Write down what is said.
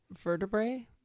vertebrae